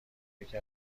یکی